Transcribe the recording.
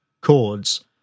chords